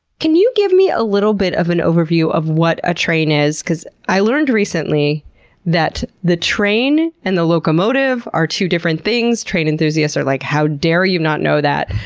can you give me a little bit of an overview of what a train is because i learned recently that the train and the locomotive are two different things. train enthusiasts are like, how dare you not know that?